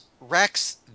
Rex